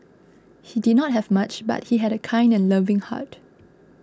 he did not have much but he had a kind and loving heart